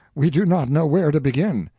we do not know where to begin.